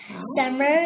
Summer